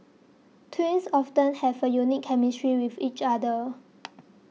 twins often have a unique chemistry with each other